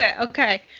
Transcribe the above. Okay